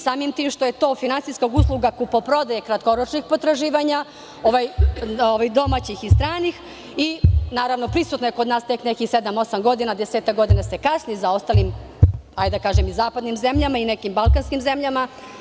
Samim tim što je to finansijska usluga kupoprodaje kratkoročnih potraživanja domaćih i stranih i prisutno je kod nas tek nekih sedam-osam godina, desetak godina se kasni za zapadnim zemljama i nekim balkanskim zemljama.